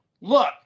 look